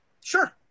Sure